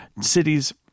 cities